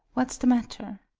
what's the matter?